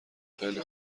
خیلی